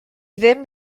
ddim